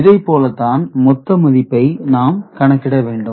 இதைப்போலத் தான் மொத்த மதிப்பை நாம் கணக்கிடவேண்டும்